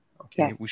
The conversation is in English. okay